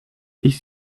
ich